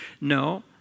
No